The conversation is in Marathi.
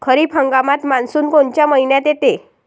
खरीप हंगामात मान्सून कोनच्या मइन्यात येते?